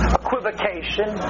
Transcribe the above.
equivocation